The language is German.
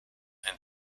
ein